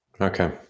Okay